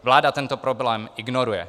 Vláda tento problém ignoruje.